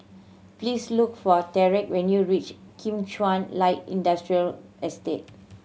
please look for Tyrek when you reach Kim Chuan Light Industrial Estate